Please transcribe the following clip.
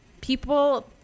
people